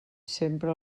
sempre